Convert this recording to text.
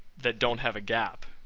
that don't have a gap.